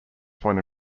point